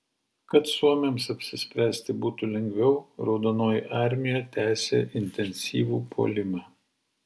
kad suomiams apsispręsti būtų lengviau raudonoji armija tęsė intensyvų puolimą